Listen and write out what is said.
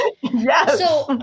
Yes